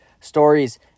stories